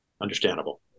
Understandable